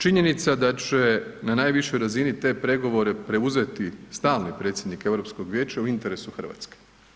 Činjenica da će na najvišoj razini te pregovore preuzeti stalni predsjednik EU vijeća u interesu Hrvatske.